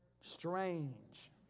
Strange